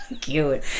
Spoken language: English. cute